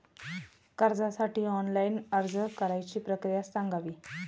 कर्जासाठी ऑनलाइन अर्ज करण्याची प्रक्रिया सांगावी